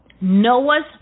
Noah's